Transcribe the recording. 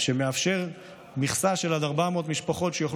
שמאפשר מכסה של עד 400 משפחות שיוכלו